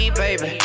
baby